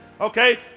Okay